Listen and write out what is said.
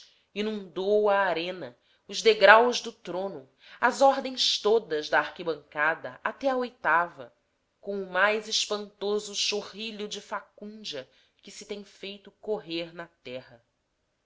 demóstenes inundou a arena os degraus do trono as ordens todas da arquibancada até à oitava com o mais espantoso chorrilho de facúndia que se tem feito correr na terra